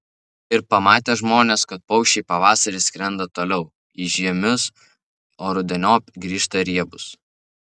ir pamatė žmonės kad paukščiai pavasarį skrenda toliau į žiemius o rudeniop grįžta riebūs